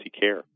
care